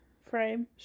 frame